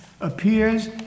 appears